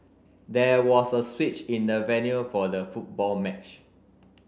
there was a switch in the venue for the football match